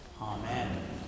Amen